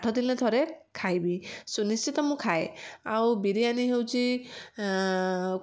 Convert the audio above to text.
ଆଠ ଦିନରେ ଥରେ ଖାଇବି ସୁନିଶ୍ଚିତ ମୁଁ ଖାଏ ଆଉ ବିରିୟାନି ହେଉଛି